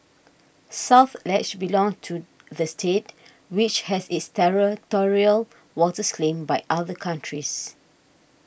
South Ledge belonged to the state which has its territorial waters claimed by other countries